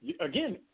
Again